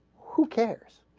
who cares